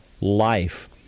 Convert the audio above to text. life